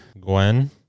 Gwen